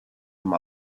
him